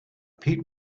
pete